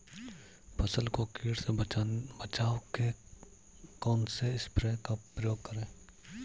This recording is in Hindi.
फसल को कीट से बचाव के कौनसे स्प्रे का प्रयोग करें?